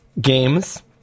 games